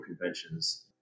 conventions